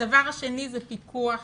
הדבר השני הוא פיקוח.